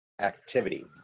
activity